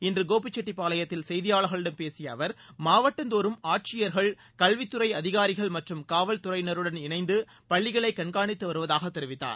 இன்று கோபிச்செட்டிப்பாளையத்தில் செய்தியாளார்களிடம் பேசிய அவர் மாவட்டந்தோறும் ஆட்சியர்கள் கல்வித் துறை அதிகாரிகள் மற்றும் காவல்துறையினருடன் இணைந்து பள்ளிகளை கண்காணித்து வருவதாக தெரிவித்தார்